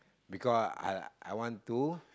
because I I I want to